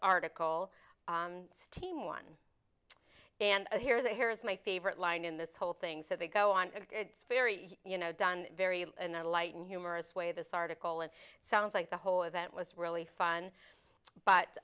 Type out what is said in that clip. article steam one and here's a here's my favorite line in this whole thing so they go on and it's very you know done very in a light and humorous way this article it sounds like the whole event was really fun but